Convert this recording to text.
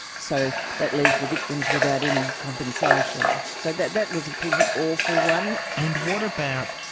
so, that leaves the victims without any compensation. so that that was a pretty awful one. and what about,